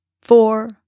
four